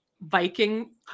Viking